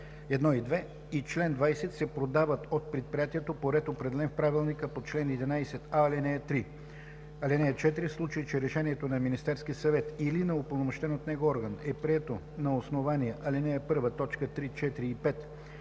1 и 2 и чл. 20 се продават от предприятието по ред, определен в правилника по чл. 11а, ал. 3. (4) В случай че решението на Министерския съвет или на упълномощен от него орган, е прието на основание ал. 1, т.